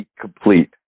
complete